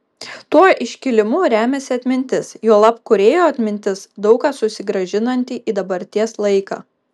tuo iškilimu remiasi atmintis juolab kūrėjo atmintis daug ką susigrąžinanti į dabarties laiką